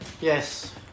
Yes